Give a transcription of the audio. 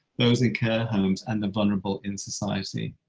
those in care homes and the vulnerable in society.